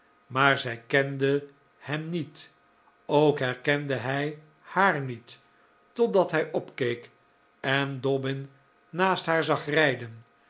maar zij kende hem niet ook herkende hij haar niet totdat hij opkeek en dobbin naast haar zag rijden